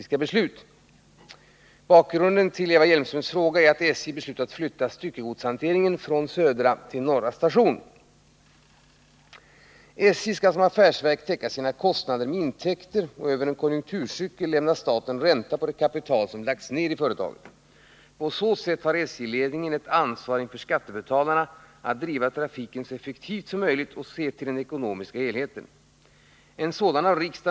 SJ beslöt 1979 att styckegodshanteringen skulle flyttas från Södra station till Norra station. Ur miljösynpunkt är en sådan flyttning synnerligen olycklig. Därigenom kommer ytterligare tung trafik att belasta redan hårt utsatta innerstadsområden.